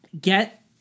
get